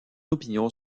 opinion